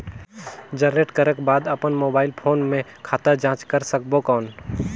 Generate करक कर बाद अपन मोबाइल फोन मे खाता जांच कर सकबो कौन?